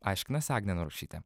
aiškinasi agnė narušytė